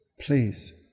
Please